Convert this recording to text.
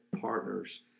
partners